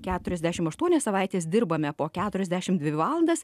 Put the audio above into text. keturiasdešim aštuonias savaites dirbame po keturiasdešim dvi valandas